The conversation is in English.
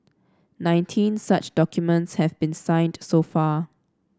nineteen such documents have been signed so far